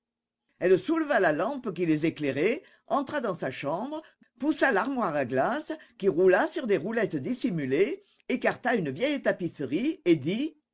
elle souleva la lampe qui les éclairait entra dans sa chambre poussa l'armoire à glace qui roula sur des roulettes dissimulées écarta une vieille tapisserie et dit